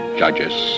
judges